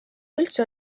üldse